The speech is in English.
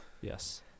Yes